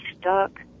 stuck